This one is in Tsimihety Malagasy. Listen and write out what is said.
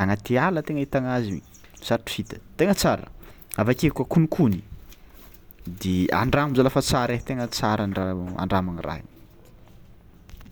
agnaty ala tenga ahitagna azy io sarotro hita tegna tsara; avy ake koa konikony de andramo zalahy fa tsara ai tegna tsara andraho- andramagna raha io.